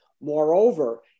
Moreover